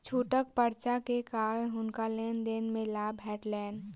छूटक पर्चा के कारण हुनका लेन देन में लाभ भेटलैन